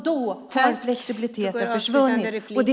Då har flexibiliteten försvunnit.